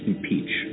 Impeach